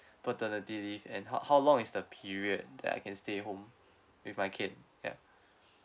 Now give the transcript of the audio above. paternity leave and h~ how long is the period that I can stay home with my kid ya